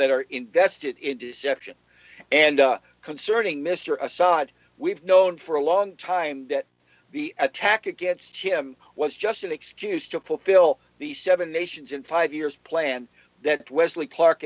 that are invested in deception and concerning mr assad we've known for a long time that the attack against him was just an excuse to fulfill the seven nations in five years plan that wesley clark